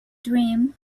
dream